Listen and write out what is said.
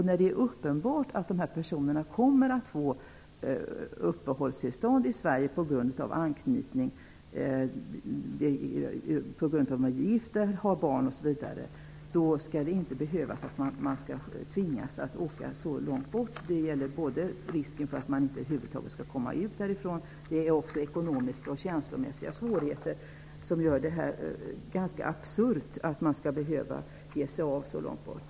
När det är uppenbart att personerna kommer att få uppehållstillstånd i Sverige på grund av anknytning -- de är gifta, har barn osv. -- skall de inte tvingas att åka så långt bort. Det finns en risk för att de över huvud taget inte kommer ut därifrån, och det finns också ekonomiska och känslomässiga svårigheter. Det är ganska absurt att de skall behöva ge sig av så långt bort.